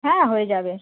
হ্যাঁ হয়ে যাবে